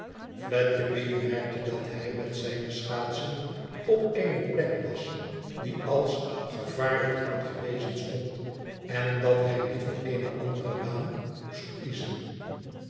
fledgeby merkte dat hij met zijne schaatsen op eene plek was die als gevaarlijk aangewezen stond en dat hij liever eene andere baan moest kiezen